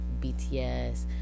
BTS